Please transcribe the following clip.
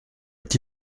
est